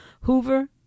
Hoover